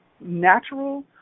natural